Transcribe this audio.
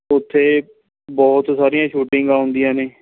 ਉੱਥੇ ਬਹੁਤ ਸਾਰੀਆਂ ਸ਼ੂਟਿੰਗਾਂ ਹੁੰਦੀਆਂ ਨੇ